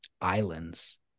Islands